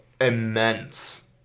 immense